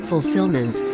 fulfillment